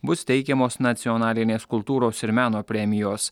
bus teikiamos nacionalinės kultūros ir meno premijos